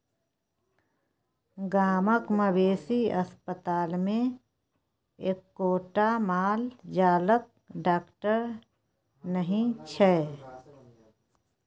गामक मवेशी अस्पतालमे एक्कोटा माल जालक डाकटर नहि छै